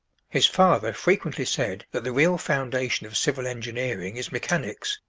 his father frequently said that the real foundation of civil engineering is mechanics,